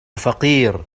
فقير